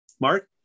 Mark